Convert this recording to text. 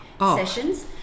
sessions